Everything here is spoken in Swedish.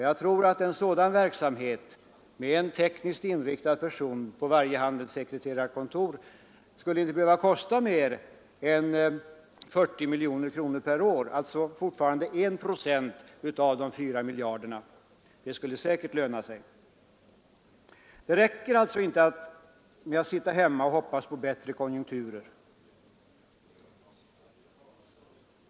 Jag tror att en sådan verksamhet med en tekniskt inriktad person på varje handelssekreterarkontor inte skulle behöva kosta mer än 40 miljoner kronor per år, alltså fortfarande 1 procent av de 4 miljarderna. Det skulle säkert löna sig. Det räcker alltså inte med att sitta hemma och hoppas på bättre konjunkturer.